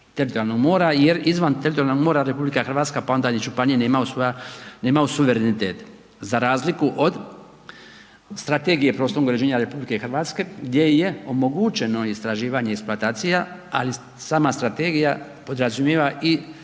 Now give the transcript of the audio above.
teritorijalnog mora jer izvan teritorijalnog mora Republika Hrvatska, pa onda ni županije nemaju suvereniteta za razliku od Strategije prostornog uređenja Republike Hrvatske gdje je omogućeno istraživanje i eksploatacija ali sama strategija podrazumijeva i